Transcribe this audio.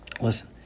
Listen